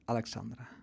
Alexandra